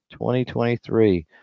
2023